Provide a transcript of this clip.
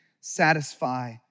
satisfy